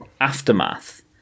Aftermath